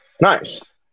Nice